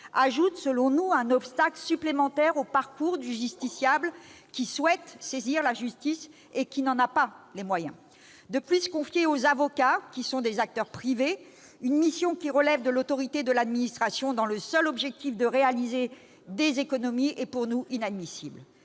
ajoute selon nous un obstacle supplémentaire au parcours du justiciable qui souhaite saisir la justice et qui n'en a pas les moyens. De plus, confier aux avocats, qui sont des acteurs privés, une mission qui relève de l'autorité de l'administration, et ce dans le seul objectif de réaliser des économies, est pour nous inadmissible.